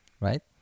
right